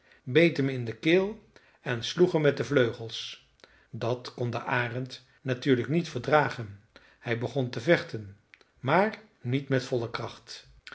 beet hem in de keel en sloeg hem met de vleugels dat kon de arend natuurlijk niet verdragen hij begon te vechten maar niet met volle kracht